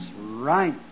Right